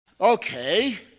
okay